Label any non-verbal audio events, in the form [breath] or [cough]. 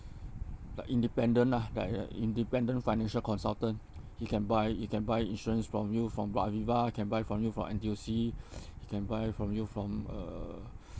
like independent lah like a independent financial consultant [noise] he can buy he can buy insurance for you from aviva can buy for you from N_T_U_C [breath] he can buy for you from uh [breath]